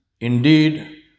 indeed